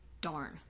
darn